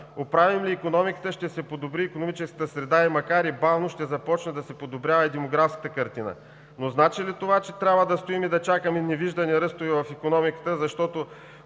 Оправим ли икономиката ще се подобри и икономическата среда и макар и бавно ще започне да се подобрява и демографската картина. Значи ли това, че трябва да стоим и да чакаме невиждани ръстове в икономиката, защото